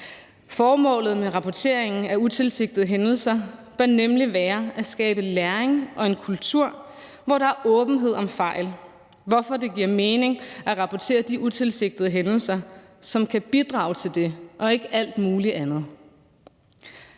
Formålet med rapporteringen af utilsigtede hændelser bør nemlig være at skabe læring og en kultur, hvor der er åbenhed om fejl, hvorfor det giver mening at rapportere de utilsigtede hændelser, som kan bidrage til det, og ikke alt muligt andet.